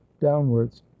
downwards